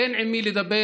אין עם מי לדבר.